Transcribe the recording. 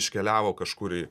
iškeliavo kažkur į